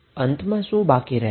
હવે અંતમાં શું બાકી રહેશે